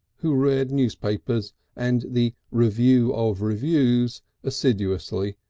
who read newspapers and the review of reviews assiduously,